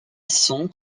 son